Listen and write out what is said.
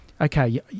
okay